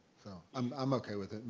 so i'm um okay with it.